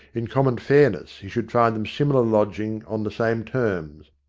in common fairness he should find them similar lodging on the same terms.